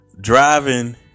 driving